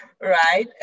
right